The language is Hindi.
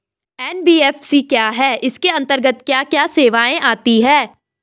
एन.बी.एफ.सी क्या है इसके अंतर्गत क्या क्या सेवाएँ आती हैं?